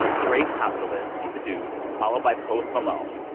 drake topped the list he's a dude followed by post malone.